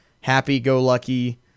happy-go-lucky